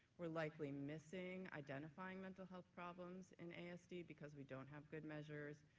we're likely missing identifying mental health problems in asd because we don't have good measures,